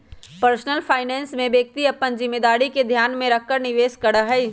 personal finance में व्यक्ति अपन जिम्मेदारी के ध्यान में रखकर निवेश करा हई